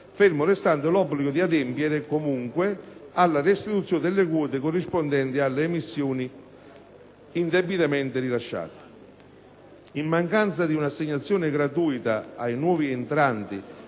fermo restando l'obbligo di adempiere, comunque, alla restituzione delle quote corrispondenti alle emissioni indebitamente rilasciate. In mancanza di un'assegnazione gratuita ai nuovi entranti